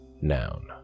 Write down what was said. noun